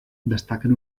destaquen